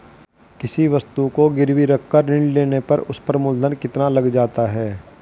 किसी वस्तु को गिरवी रख कर ऋण लेने पर उस पर मूलधन कितना लग जाता है?